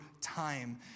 time